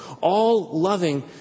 all-loving